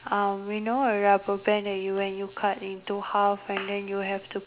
uh you know a rubber band that when you cut into half and then you have to